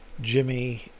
Jimmy